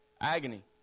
agony